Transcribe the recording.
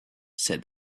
said